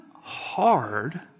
hard